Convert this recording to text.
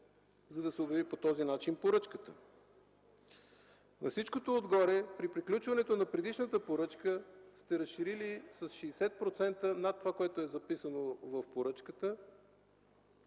за да се обяви по този начин поръчката?! Освен това, при приключването на предишната поръчка сте разширили с 60% над това, което е записано в поръчката